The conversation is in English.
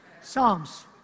Psalms